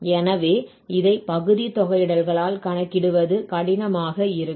எனவே இதை பகுதி தொகையிடல்களால் கணக்கிடுவது கடினமாக இருக்கும்